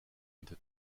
into